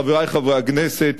חברי חברי הכנסת,